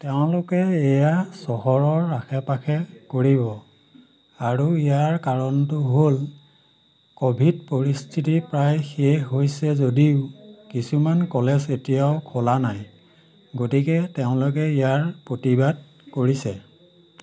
তেওঁলোকে এয়া চহৰৰ আশে পাশে কৰিব আৰু ইয়াৰ কাৰণটো হ'ল ক'ভিড পৰিস্থিতি প্ৰায় শেষ হৈছে যদিও কিছুমান কলেজ এতিয়াও খোলা নাই গতিকে তেওঁলোকে ইয়াৰ প্ৰতিবাদ কৰিছে